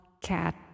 cat